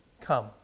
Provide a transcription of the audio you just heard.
come